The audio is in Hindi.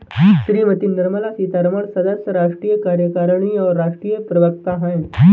श्रीमती निर्मला सीतारमण सदस्य, राष्ट्रीय कार्यकारिणी और राष्ट्रीय प्रवक्ता हैं